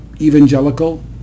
evangelical